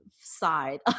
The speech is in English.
side